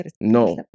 no